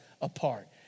apart